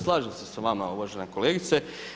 Slažem se s vama uvažena kolegice.